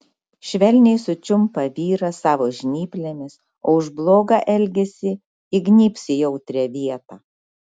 švelniai sučiumpa vyrą savo žnyplėmis o už blogą elgesį įgnybs į jautrią vietą